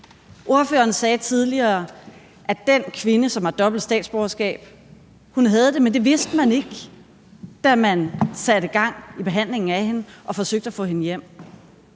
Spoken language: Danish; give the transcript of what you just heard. Ordføreren sagde tidligere, at den kvinde, som har dobbelt statsborgerskab, havde det, men at man ikke vidste det, da man satte gang i behandlingen af hendes sag og forsøgte at få hende hjem.